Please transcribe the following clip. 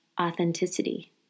authenticity